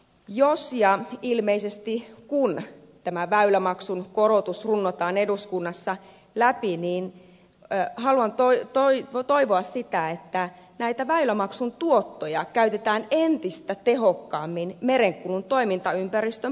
jos ja ilmeisesti kun tämä väylämaksun korotus runnotaan eduskunnassa läpi niin haluan toivoa sitä että näitä väylämaksun tuottoja käytetään entistä tehokkaammin merenkulun toimintaympäristön parantamiseen